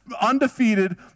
undefeated